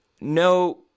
no